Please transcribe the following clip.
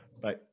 Bye